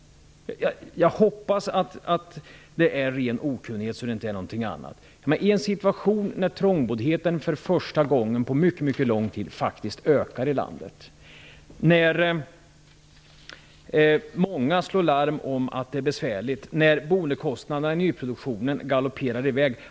Jag hoppas att det är ren okunnighet, så att det inte är någonting annat. För första gången på mycket lång tid ökar faktiskt trångboddheten i landet, många slår larm om att det är besvärligt och boendekostnaderna i nyproduktionen galopperar i väg.